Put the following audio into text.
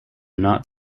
not